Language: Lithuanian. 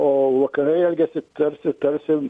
o vakarai elgiasi tarsi tarsi